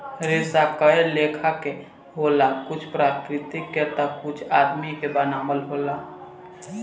रेसा कए लेखा के होला कुछ प्राकृतिक के ता कुछ आदमी के बनावल होला